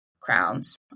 crowns